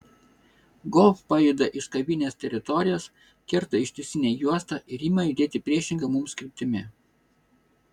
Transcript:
golf pajuda iš kavinės teritorijos kerta ištisinę juostą ir ima judėti priešinga mums kryptimi